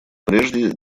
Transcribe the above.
прежде